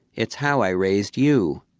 it's how i raised you.